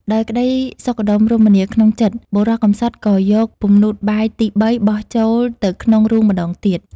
ដោយក្តីសុខដុមរមនាក្នុងចិត្ត បុរសកំសត់ក៏យក ពំនូតបាយទីបីបោះចូលទៅក្នុងរូងម្តងទៀត ។